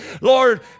Lord